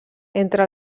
entre